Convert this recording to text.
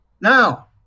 Now